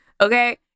Okay